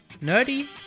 nerdy